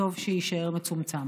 טוב שיישאר מצומצם.